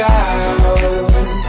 out